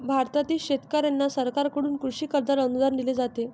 भारतातील शेतकऱ्यांना सरकारकडून कृषी कर्जावर अनुदान दिले जाते